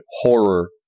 horror